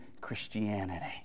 Christianity